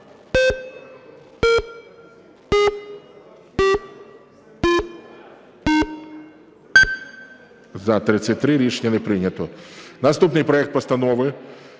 За-33 Рішення не прийнято. Наступний проект Постанови